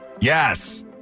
Yes